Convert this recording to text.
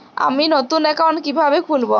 আমি নতুন অ্যাকাউন্ট কিভাবে খুলব?